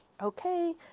Okay